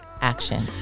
action